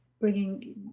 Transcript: bringing